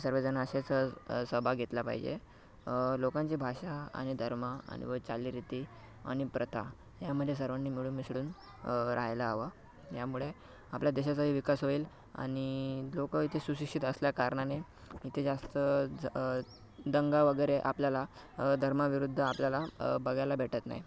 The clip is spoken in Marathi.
सर्वजण असेच सहभाग घेतला पाहिजे लोकांची भाषा आणि धर्म आणि व चालीरीती आणि प्रथा यामध्ये सर्वांनी मिळून मिसळून राहायला हवं यामुळे आपल्या देशाचाही विकास होईल आणि लोक इथं सुशिक्षित असल्याकारणाने इथे जास्त ज दंगा वगैरे आपल्याला धर्माविरुद्ध आपल्याला बघायला भेटत नाही